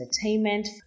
Entertainment